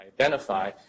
identify